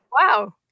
wow